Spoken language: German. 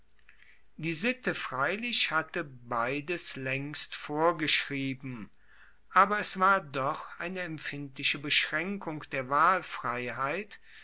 die sitte freilich hatte beides laengst vorgeschrieben aber es war doch eine empfindliche beschraenkung der wahlfreiheit